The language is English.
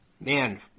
Man